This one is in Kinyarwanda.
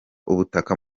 ubutaka